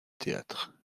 théâtre